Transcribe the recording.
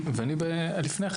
אני רוצה לדבר על החסם שלפני,